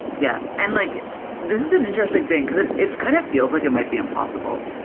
yeah. and like this is an interesting thing, because it it kind of feels like it might be impossible.